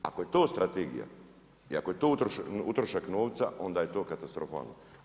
Ako je to strategija i ako je to utrošak novca, onda je to katastrofalno.